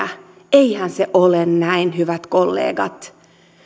eihän se ole näin hyvät kollegat yle